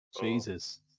Jesus